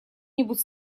нибудь